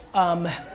um,